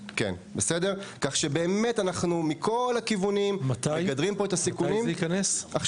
כן, כך שאנחנו מגדרים את הסיכונים מכל הכיוונים.